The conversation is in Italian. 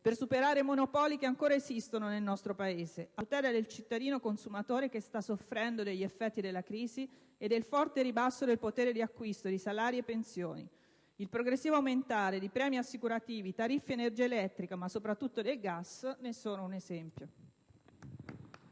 per superare i monopoli che ancora esistono nel nostro Paese, a tutela del cittadino consumatore che sta soffrendo degli effetti della crisi e del forte ribasso del potere d'acquisto di salari e pensioni. Il progressivo aumentare dei premi assicurativi, delle tariffe dell'energia elettrica ma, soprattutto, del gas ne sono un esempio.